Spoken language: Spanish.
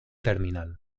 terminal